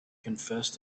confessed